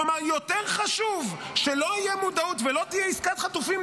כלומר יותר חשוב שלא תהיה מודעות ולא תהיה עסקת חטופים,